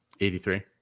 83